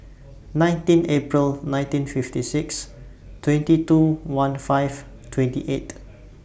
nineteen April nineteen fifty six twenty two one five twenty eight